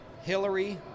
Hillary